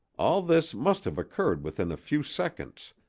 all this must have occurred within a few seconds,